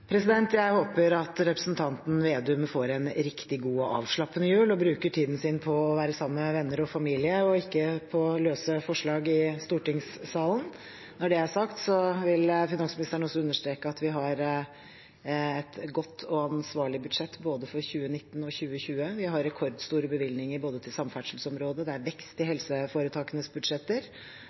Jeg håper representanten Slagsvold Vedum får en riktig god og avslappende jul og bruker tiden sin på å være sammen med venner og familie – og ikke på løse forslag i stortingssalen. Når det er sagt, vil finansministeren også understreke at vi har et godt og ansvarlig budsjett både for 2019 og for 2020. Vi har rekordstore bevilgninger til samferdselsområdet, og det er vekst i helseforetakenes budsjetter.